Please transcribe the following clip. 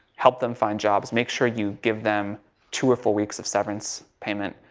help them find jobs. make sure you give them two or four weeks of severance payment,